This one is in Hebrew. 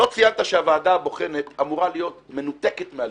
לא ציינת שהוועדה הבוחנת אמורה להיות מנותקת מהלשכה.